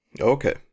Okay